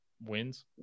wins